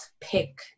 pick